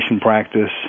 practice